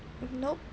nope